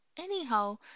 Anyhow